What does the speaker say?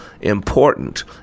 important